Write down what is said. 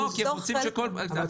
זה יפתור את הבעיה.